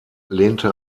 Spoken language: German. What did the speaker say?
lehnte